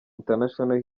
international